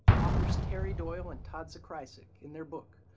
authors terry doyle and todd zakrajsek, in their book,